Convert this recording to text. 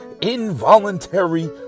involuntary